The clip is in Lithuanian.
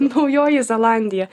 naujoji zelandija